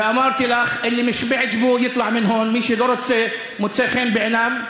ואמרתי לך (אומר בערבית ומתרגם:) מי שלא מוצא חן בעיניו,